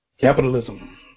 Capitalism